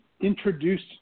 introduced